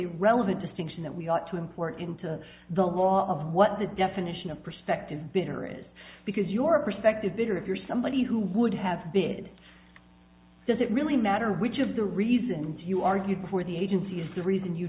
a relevant distinction that we ought to import into the law of what the definition of perspective bitter is because your perspective better if you're somebody who would have bid does it really matter which of the reasons you argued before the agency is the reason you